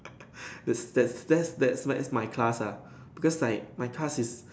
that's that's that's that's my class ah because like my class is